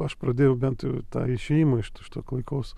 aš pradėjau bent jau tą išėjimą iš iš to klaikaus